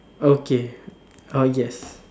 okay I'll guess